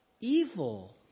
evil